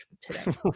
today